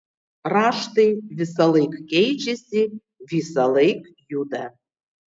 raštai visąlaik keičiasi visąlaik juda